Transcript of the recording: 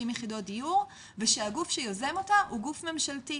יחידות דיור ושהגוף שיוזם אותה הוא גוף ממשלתי,